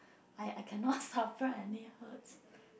I I can not suffer any hurts